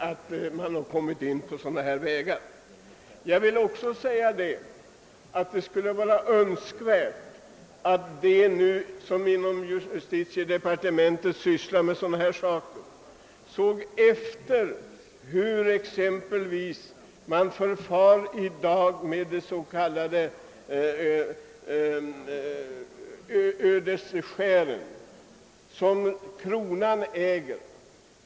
Det skulle t.ex. vara mycket tacknämligt om de människor i justitiedepartementet som sysslar med lagfrå gor ville undersöka hur man i dag förfar med de s.k. ödeskär som kronan äger.